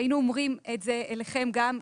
והיינו אומרים את זה גם אליכם.